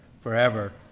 forever